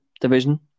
division